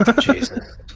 Jesus